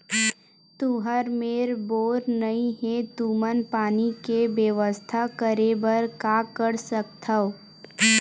तुहर मेर बोर नइ हे तुमन पानी के बेवस्था करेबर का कर सकथव?